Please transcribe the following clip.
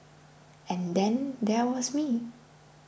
and then there was me